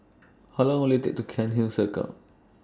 How Long Will IT Take to Cairnhill Circle